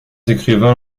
écrivains